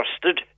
trusted